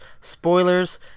spoilers